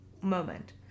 moment